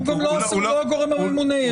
הוא לא הגורם הממונה.